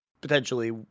potentially